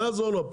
מה יעזור לו?